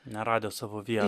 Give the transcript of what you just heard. neradęs savo vietos